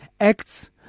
acts